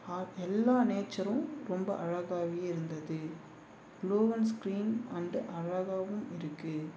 ஆ எல்லா நேச்சரும் ரொம்ப அழகாகவே இருந்தது க்ளோவன் ஸ்க்ரீன் அண்டு அழகாவும் இருக்குது